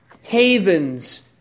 Havens